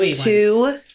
two